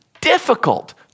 difficult